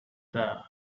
there